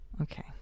Okay